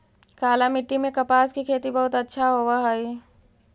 काली मिट्टी में कपास की खेती बहुत अच्छा होवअ हई